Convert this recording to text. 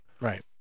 Right